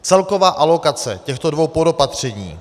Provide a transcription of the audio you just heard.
Celková alokace těchto dvou podopatření...